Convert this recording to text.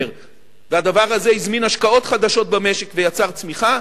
והדבר הזה הזמין השקעות חדשות במשק ויצר צמיחה,